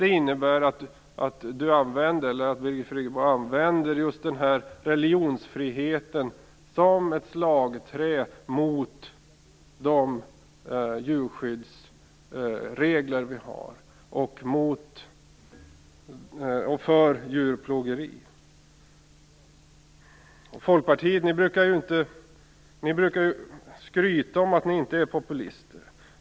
Det innebär ju att Birgit Friggebo använder religionsfriheten som ett slagträ mot de djurskyddsregler som finns och för djurplågeri. Ni i Folkpartiet brukar ju skryta med att ni inte är populister.